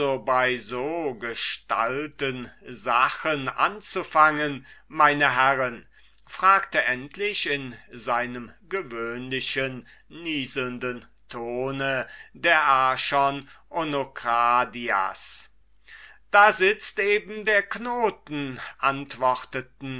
bei so gestalten sachen anzufangen meine herren frug endlich in seinem gewöhnlichen nieselnden tone der archon onokradias da sitzt eben der knoten antworteten